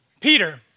Peter